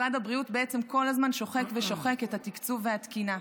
משרד הבריאות בעצם כל הזמן שוחק ושוחק את התקצוב והתקינה?